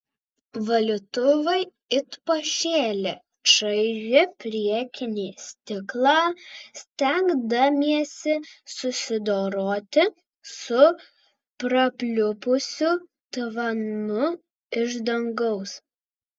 valytuvai it pašėlę čaižė priekinį stiklą stengdamiesi susidoroti su prapliupusiu tvanu iš dangaus